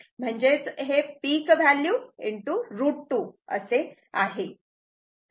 म्हणजेच हे peak value √2 असे आहे